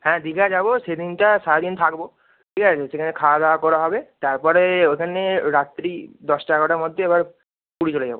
হ্যাঁ দীঘা যাব সেদিনটা সারা দিন থাকব ঠিক আছে সেখানে খাওয়া দাওয়া করা হবে তারপরে ওইখানে রাত্রি দশটা এগারোটার মধ্যে এবার পুরী চলে যাব